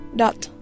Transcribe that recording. dot